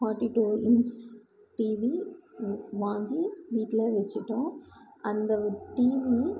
forty two inch TV வ் வாங்கி வீட்டில் வச்சுட்டோம் அந்த டிவி